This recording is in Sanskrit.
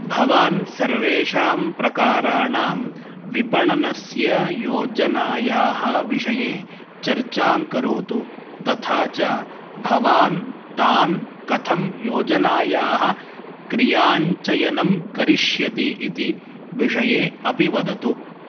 भवान् सर्वेषां प्रकाराणां विपणनस्य योजनायाः विषये चर्चां करोतु तथा च भवान् तान् कथं योजनायाः क्रियाञ्चयनं करिष्यति इति विषये अपि वदतु